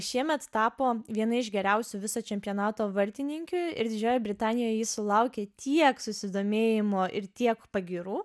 šiemet tapo viena iš geriausių viso čempionato vartininkių ir didžiojoj britanijoj ji sulaukė tiek susidomėjimo ir tiek pagyrų